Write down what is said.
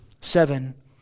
Seven